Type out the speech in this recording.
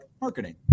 marketing